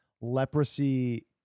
leprosy